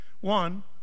One